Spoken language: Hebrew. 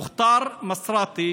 מוכתאר מוסראתי